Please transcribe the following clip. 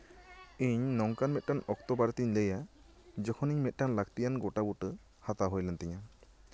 ᱤᱧ ᱱᱚᱝᱠᱟᱱ ᱢᱤᱫᱴᱟᱝ ᱚᱠᱛᱚ ᱵᱟᱨᱮᱛᱤᱧ ᱞᱟᱹᱭᱼᱟ ᱡᱚᱠᱷᱚᱱ ᱤᱧ ᱢᱤᱫᱴᱟᱝ ᱞᱟᱹᱠᱛᱤᱭᱟᱱ ᱜᱚᱴᱟ ᱵᱩᱴᱟᱹ ᱦᱟᱛᱟᱣ ᱦᱩᱭ ᱞᱮᱱ ᱛᱤᱧᱟᱹ